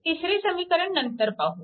तिसरे समीकरण नंतर पाहू